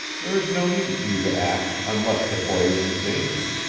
there is no need for you to act, unless the boy is in danger.